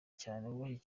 cyane